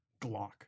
Glock